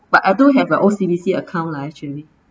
but I do have a O_C_B_C account lah actually